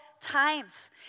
times